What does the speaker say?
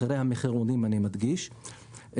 מחירי המחירונים אני מדגיש,